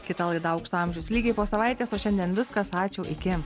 kita laida aukso amžius lygiai po savaitės o šiandien viskas ačiū iki